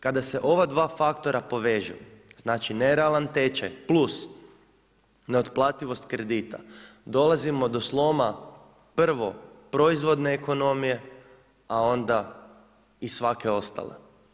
Kada se ova dva faktora povežu, znači nerealan tečaj plus neotplativost kredita dolazimo do sloma prvo proizvodne ekonomije, a onda i svake ostale.